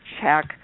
check